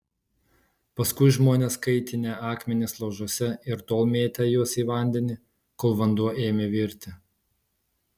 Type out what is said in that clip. paskui žmonės kaitinę akmenis laužuose ir tol mėtę juos į vandenį kol vanduo ėmė virti